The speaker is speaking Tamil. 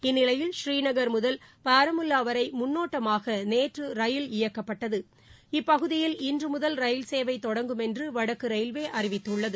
இந்நிலையில் ஸ்ரீநகர் முதல் பாரமுல்வவரைமுன்னோட்டமாகநேற்றரயில் இயக்கப்பட்டது இப்பகுதியில் இன்றுமுதல் ரயில்சேவைதொடங்கும் என்றுவடக்குரயில்வேஅறிவித்துள்ளது